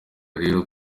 rero